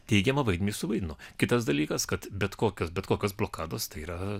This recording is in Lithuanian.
teigiamą vaidmenį suvaidino kitas dalykas kad bet kokias bet kokios blokados tai yra